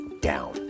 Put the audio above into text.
down